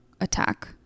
attack